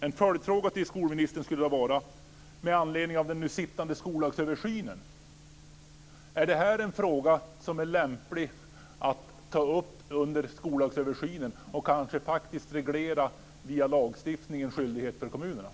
En följdfråga till skolministern skulle då vara: Är det här en fråga som är lämplig att ta upp under den skollagsöversyn som nu pågår och kanske via lagstiftning reglera skyldigheten för kommunerna?